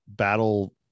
battle